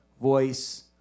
Voice